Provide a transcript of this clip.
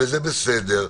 וזה בסדר,